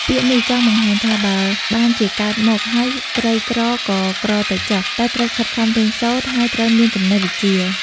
ពាក្យនេះចង់បង្ហាញថា បើបានជាកើតមក ហើយក្រីក្រក៏ក្រទៅចុះ តែត្រូវខិតខំរៀនសូត្រ ហើយត្រូវមានចំណេះវិជ្ជា ។